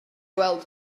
gweld